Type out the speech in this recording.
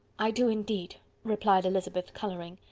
i do indeed, replied elizabeth, colouring.